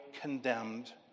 condemned